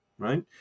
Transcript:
Right